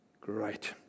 Great